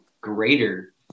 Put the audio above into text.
greater